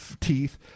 teeth